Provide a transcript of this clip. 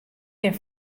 gjin